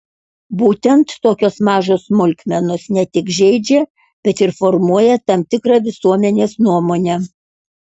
būtent tokios mažos smulkmenos ne tik žeidžia bet ir formuoja tam tikrą visuomenės nuomonę